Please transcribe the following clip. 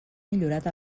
millorat